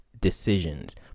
decisions